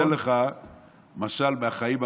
אני אתן לך משל מהחיים המעשיים,